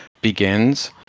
begins